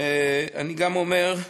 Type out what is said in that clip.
אני גם אומר.